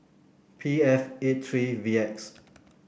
P F eight three V X